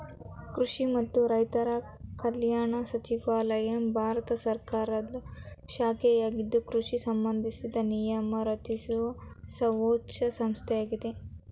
ಕೃಷಿ ಮತ್ತು ರೈತರ ಕಲ್ಯಾಣ ಸಚಿವಾಲಯ ಭಾರತ ಸರ್ಕಾರದ ಶಾಖೆಯಾಗಿದ್ದು ಕೃಷಿ ಸಂಬಂಧಿಸಿದ ನಿಯಮ ರಚಿಸುವ ಸರ್ವೋಚ್ಛ ಸಂಸ್ಥೆಯಾಗಿದೆ